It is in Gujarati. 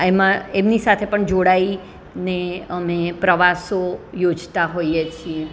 એમાં એની સાથે પણ જોડાઈને અમે પ્રવાસો યોજતા હોઈએ છીએ